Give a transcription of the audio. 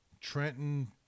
Trenton